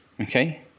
Okay